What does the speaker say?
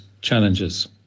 challenges